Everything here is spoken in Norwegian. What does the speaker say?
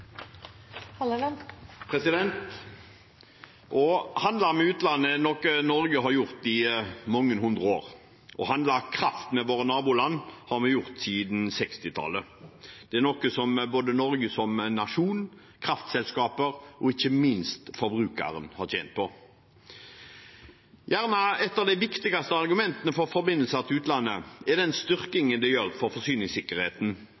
Norge har gjort i mange hundre år. Å handle kraft med våre naboland har vi gjort siden 1960-tallet. Det er noe som både Norge som nasjon, kraftselskaper og ikke minst forbrukerne har tjent på. Et av de viktigste argumentene for forbindelser til utlandet er at den